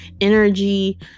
Energy